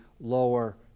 lower